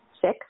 Six